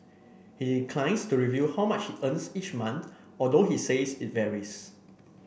he declines to reveal how much earns each month although he says it varies